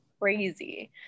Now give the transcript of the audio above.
Crazy